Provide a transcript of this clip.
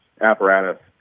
apparatus